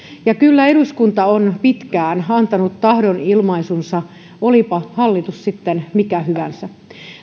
ja kyllä eduskunta on pitkään antanut tahdonilmaisunsa olipa hallitus sitten mikä hyvänsä